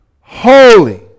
Holy